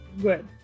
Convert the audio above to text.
good